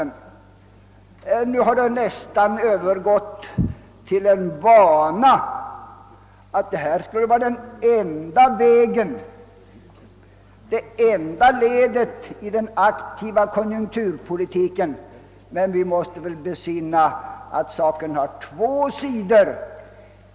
Nu har det nästan övergått till en vana att detta skall vara den enda vägen, det enda ledet, i den aktiva konjunkturpolitiken. Men vi måste väl besinna att saken har två sidor!